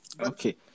okay